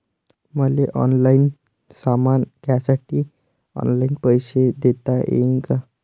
मले ऑनलाईन सामान घ्यासाठी ऑनलाईन पैसे देता येईन का?